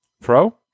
Pro